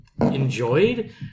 enjoyed